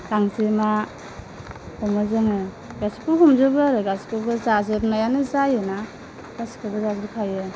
गांजेमा हमो जोङो गासैखोबो हमजोबो आरो गासैखौबो जाजोबनायानो जायोना गासैखौबो जाजोबखायो